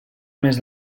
més